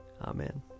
Amen